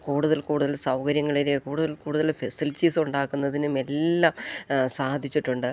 കൂടുതൽ കൂടുതൽ സൗകര്യങ്ങള് കൂടുതൽ കൂടുതൽ ഫെസിലിറ്റീസ് ഉണ്ടാക്കുന്നതിനുമെല്ലാം സാധിച്ചിട്ടുണ്ട്